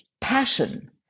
passion